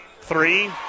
three